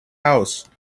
house